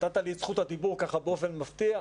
נתת לי את זכות הדיבור באופן מפתיע.